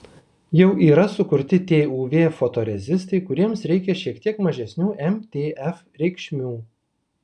jau yra sukurti tuv fotorezistai kuriems reikia šiek tiek mažesnių mtf reikšmių